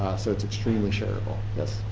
so it's extremely shareable. yes.